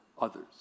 others